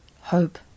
Hope